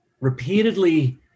repeatedly